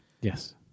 Yes